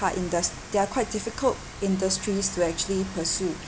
hard indus~ they are quite difficult industries to actually pursuit